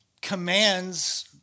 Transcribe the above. commands